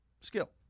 skill